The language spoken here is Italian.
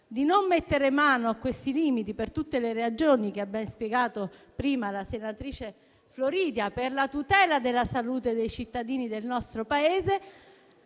di non mettere mano a questi limiti, per tutte le ragioni che ha ben spiegato prima la senatrice Floridia, per la tutela della salute dei cittadini del nostro Paese,